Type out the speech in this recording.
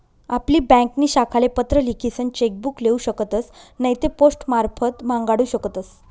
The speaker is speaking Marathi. आपली ब्यांकनी शाखाले पत्र लिखीसन चेक बुक लेऊ शकतस नैते पोस्टमारफत मांगाडू शकतस